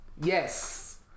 yes